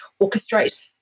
orchestrate